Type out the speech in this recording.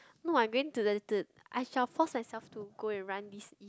no I'm going to the the I shall force myself to go and run this eve~